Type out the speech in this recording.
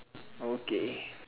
okay